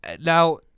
now